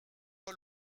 pas